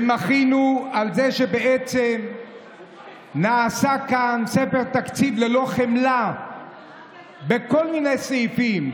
ומחינו על זה שבעצם נעשה כאן ספר תקציב ללא חמלה בכל מיני סעיפים,